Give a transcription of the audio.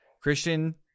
Christian